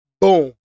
boom